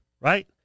Right